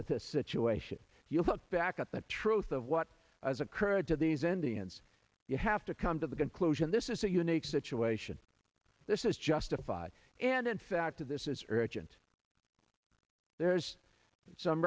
of the situation if you look back at the truth of what has occurred to these indians you have to come to the conclusion this is a unique situation this is justified and in fact of this is urgent there's some